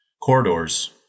corridors